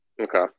Okay